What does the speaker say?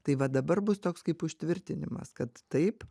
tai va dabar bus toks kaip užtvirtinimas kad taip